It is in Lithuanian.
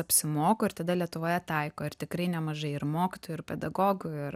apsimoko ir tada lietuvoje taiko ir tikrai nemažai ir mokytojų ir pedagogų ir